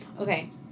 Okay